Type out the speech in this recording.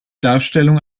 darstellung